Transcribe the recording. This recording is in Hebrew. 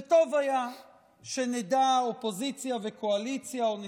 וטוב היה שנדע, אופוזיציה וקואליציה, או נסכם,